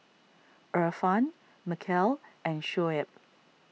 Irfan Mikhail and Shoaib